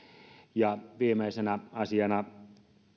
viimeisenä asiana